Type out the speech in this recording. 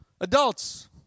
Adults